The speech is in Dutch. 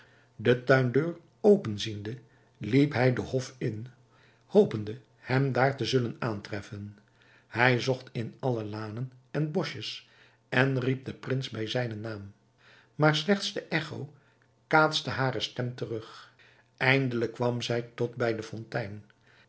de tuindeur open ziende liep zij den hof in hopende hem daar te zullen aantreffen zij zocht in alle lanen en boschjes en riep den prins bij zijnen naam maar slechts de echo kaatste hare stem terug eindelijk kwam zij tot bij de fontein